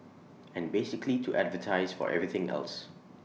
and basically to advertise for everything else